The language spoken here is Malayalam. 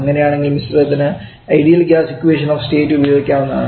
അങ്ങനെയാണെങ്കിൽ മിശ്രിതത്തിന് ideal gas equation of state ഉപയോഗിക്കാവുന്നതാണ്